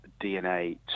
DNA